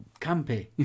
campy